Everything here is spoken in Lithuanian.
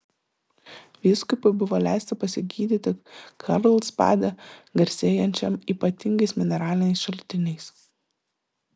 vyskupui buvo leista pasigydyti karlsbade garsėjančiam ypatingais mineraliniais šaltiniais